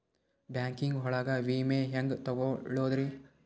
Banking ಒಳಗ ವಿಮೆ ಹೆಂಗ್ ತೊಗೊಳೋದ್ರಿ?